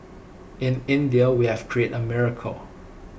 in India we have created A miracle